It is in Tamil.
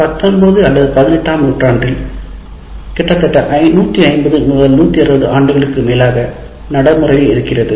19 அல்லது 18 ஆம் நூற்றாண்டில் காலத்தில் கிட்டத்தட்ட 150 160 ஆண்டுகளுக்கு மேலாக நடைமுறையில் இருக்கிறது